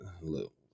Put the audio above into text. look